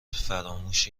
فراموش